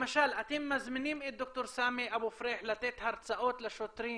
למשל אתם מזמינים את ד"ר סאמי אבו פריח לתת הרצאות לשוטרים